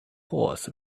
horse